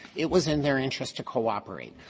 it was in their interest to cooperate.